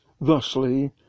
thusly